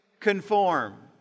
conform